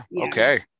okay